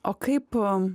o kaipo